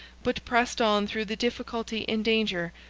but pressed on through the difficulty and danger,